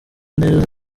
neza